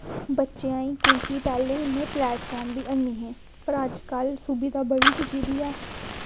बच्चें गी पैह्लें इन्ने प्लेटफॉर्म निं हे पर अजकल्ल ते सुविधा बधी चुकी दी ऐ